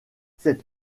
sept